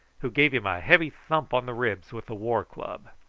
who gave him a heavy thump on the ribs with the war-club.